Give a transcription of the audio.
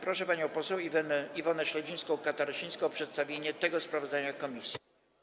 Proszę panią poseł Iwonę Śledzińską-Katarasińską o przedstawienie sprawozdania komisji.